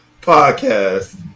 podcast